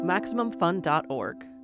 MaximumFun.org